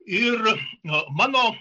ir nu mano